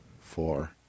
Four